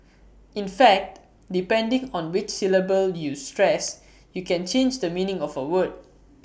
in fact depending on which syllable you stress you can change the meaning of A word